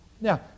Now